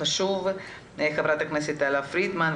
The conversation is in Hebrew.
ח"כ תהלה פרידמן,